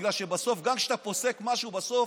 בגלל שבסוף,